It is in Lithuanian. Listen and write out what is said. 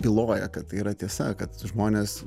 byloja kad tai yra tiesa kad žmonės